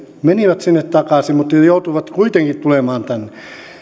menivät sinne takaisin mutta joutuivat kuitenkin tulemaan tänne